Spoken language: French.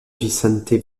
vicente